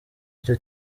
icyo